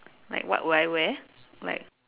like what would I wear like